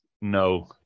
no